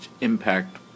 impact